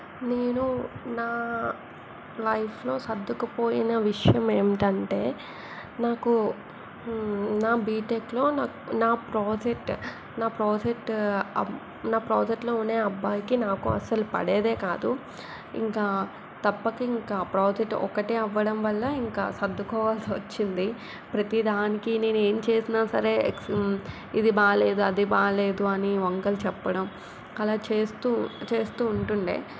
నేను నా లైఫ్లో సర్దుకుపోయిన విషయం ఏంటంటే నాకు నా బీటెక్లో నాకు నా ప్రాజెక్ట్ నా ప్రాజెక్ట్ అబ్ నా ప్రాజెక్ట్లో ఉండే అబ్బాయికి నాకు అసలు పడేదే కాదు ఇంకా తప్పక ఇంకా ఆ ప్రాజెక్ట్ ఒకటే అవడం వల్ల ఇంకా సర్దుకోవాల్సి వచ్చింది ప్రతీ దానికి నేను ఏం చేసినా సరే ఎక్స్ ఇది బాగోలేదు అది బాగోలేదు అని వంకలు చెప్పడం అలా చేస్తూ చేస్తూ ఉంటుండేది